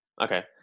Okay